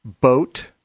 Boat